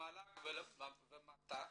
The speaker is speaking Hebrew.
למל"ג ות"ת